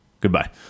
goodbye